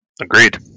Agreed